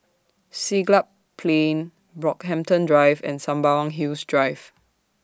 Siglap Plain Brockhampton Drive and Sembawang Hills Drive